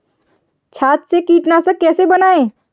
छाछ से कीटनाशक कैसे बनाएँ?